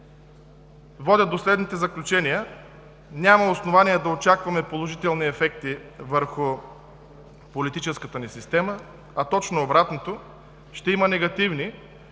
водят до следните заключения. Няма основания да очакваме положителни ефекти върху политическата ни система, а точно обратното – ще има негативни,